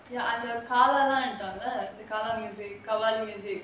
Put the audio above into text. ya அந்த காலாலாம் எடுத்தாங்களா காலா:antha kaala laam eduthangala kaalaa music Kabali music